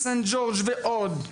סנט ג׳ורג' ועוד.